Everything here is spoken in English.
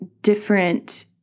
different